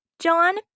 John